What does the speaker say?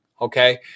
okay